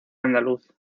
andaluz